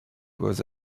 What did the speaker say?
was